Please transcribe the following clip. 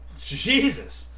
Jesus